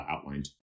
outlined